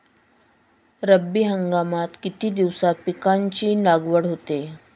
रब्बी हंगामात किती दिवसांत पिकांची लागवड होते?